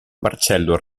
marcello